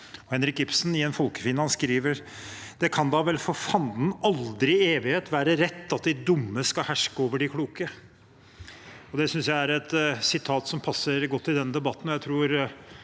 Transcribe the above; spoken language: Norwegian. Han skriver i En folkefiende: «Men det kan da vel, for fanden, aldri i evighet være rett at de dumme skal herske over de kloke!» Det synes jeg er et sitat som passer godt i denne debatten.